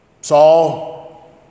Saul